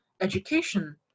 education